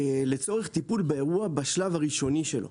לצורך טיפול באירוע בשלב הראשוני שלו.